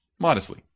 modestly